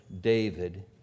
David